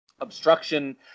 obstruction